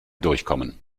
durchkommen